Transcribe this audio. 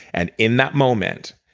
and in that moment,